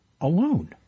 alone